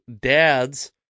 dads